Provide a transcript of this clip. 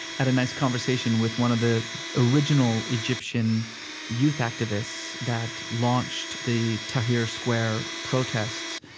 i had a nice conversation with one of the original egyptian youth activists that launched the tahrir square protests.